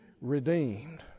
redeemed